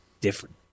different